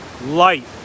light